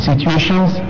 situations